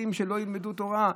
אנחנו לא רוצים שלא ילמדו תורה,